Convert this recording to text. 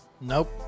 Nope